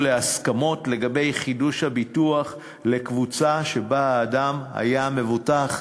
להסכמות לגבי חידוש הביטוח לקבוצה שבה האדם היה מבוטח.